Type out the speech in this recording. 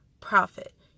profit